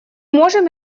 можем